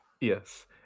Yes